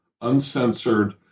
uncensored